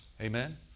Amen